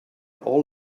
all